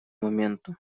моменту